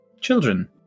children